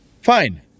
Fine